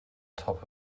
top